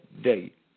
date